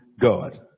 God